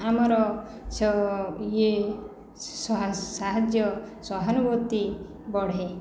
ଆମର ସ ଇଏ ସାହାଯ୍ୟ ସହାନୁଭୂତି ବଢ଼େ